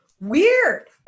weird